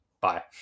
Bye